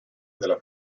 della